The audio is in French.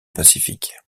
pacifique